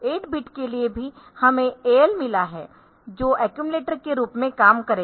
8 bit के लिए भी हमें AL मिला है जो अक्यूमलेटर के रूप में काम करेगा